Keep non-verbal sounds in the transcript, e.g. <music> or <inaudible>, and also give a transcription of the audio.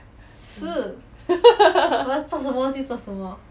<laughs>